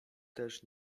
też